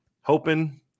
hoping